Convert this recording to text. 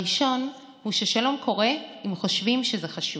הראשון הוא ששלום קורה אם חושבים שזה חשוב.